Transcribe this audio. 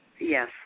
Yes